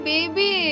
Baby